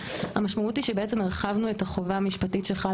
המשמעות היא שבעצם הרחבנו את החובה המשפטית שחלה